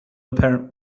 apparent